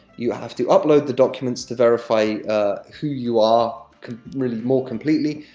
you have to upload the documents to verify who you are really more completely.